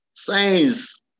Science